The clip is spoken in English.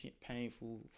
painful